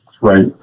Right